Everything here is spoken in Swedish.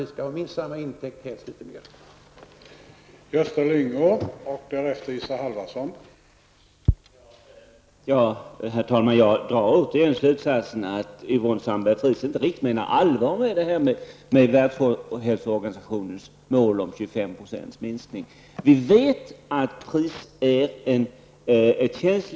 Det skall minsann bli intäkter -- och gärna litet mera än så.